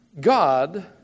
God